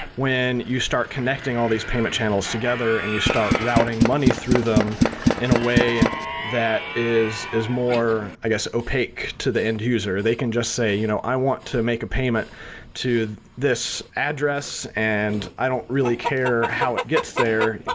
when you start connecting all these payment channels together and you start routing money through them in a way that is is more, i guess opaque to the end user, they can just say, you know i want to make a payment to this address and i don't really care how it gets there,